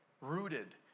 rooted